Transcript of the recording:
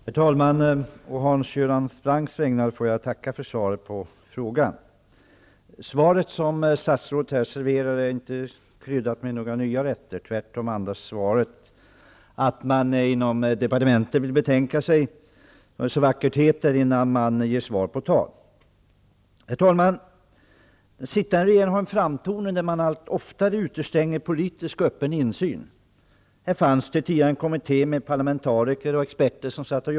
Herr talman! På Hans Göran Francks vägnar får jag tacka för svaret på frågan. Svaret som statsrådet serverade är inte kryddat med några nya rätter. Tvärtom andas svaret att man inom departementet vill betänka sig, som det så vackert heter, innan man ger svar på tal. Herr talman! Den sittande regeringen har en framtoning av att allt oftare utestänga politiskt öppen insyn. Här fanns tidigare en kommitté med parlamentariker och experter som jobbade.